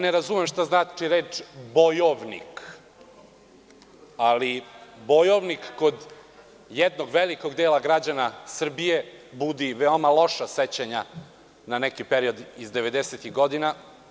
Ne razumem šta znači reč bojovnik, ali bojovnik kod jednog velikog dela građana Srbije budi veoma loša sećanja na neki period iz devedesetih godina.